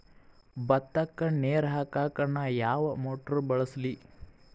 ಭತ್ತಕ್ಕ ನೇರ ಹಾಕಾಕ್ ನಾ ಯಾವ್ ಮೋಟರ್ ಬಳಸ್ಲಿ?